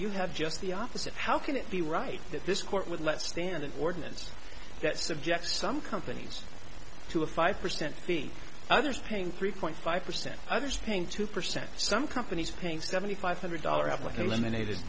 you have just the opposite how can it be right that this court would let stand an ordinance that suggests some companies to a five percent the others paying three point five percent others paying two percent some companies paying seventy five hundred dollars of like a l